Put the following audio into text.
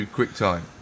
QuickTime